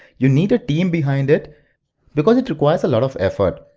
you need a team behind it because it requires a lot of effort.